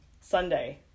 Sunday